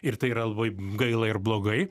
ir tai yra labai gaila ir blogai